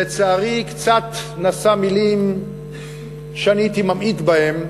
לצערי קצת נשא מילים שאני הייתי ממעיט בהן,